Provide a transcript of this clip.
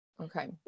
Okay